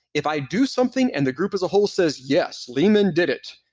if i do something and the group as whole says yes, leemon did it,